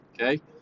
okay